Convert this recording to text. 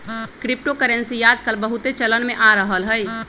crypto currency याजकाल बहुते चलन में आ रहल हइ